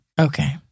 Okay